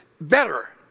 better